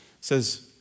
says